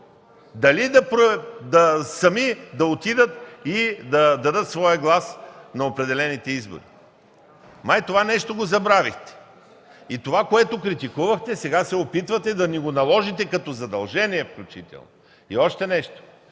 право е сами да отидат и да дадат своя глас на определените избори. Май това нещо го забравихте и това, което критикувахте, сега се опитвате да ни го наложите като задължение включително. И още нещо,